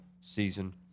season